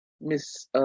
Miss